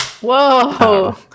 whoa